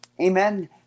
amen